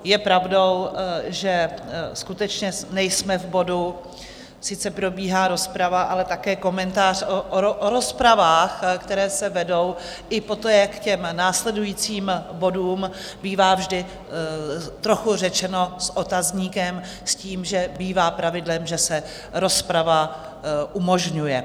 Je pravdou, že skutečně nejsme v bodu, sice probíhá rozprava, ale také komentář o rozpravách, které se vedou i poté k těm následujícím bodům, bývá vždy trochu řečeno s otazníkem, s tím, že bývá pravidlem, že se rozprava umožňuje.